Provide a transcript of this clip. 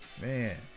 man